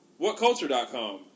WhatCulture.com